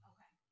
Okay